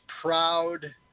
proud